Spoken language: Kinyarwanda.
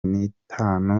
nitanu